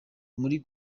muri